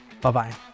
Bye-bye